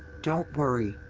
don't worry,